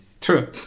true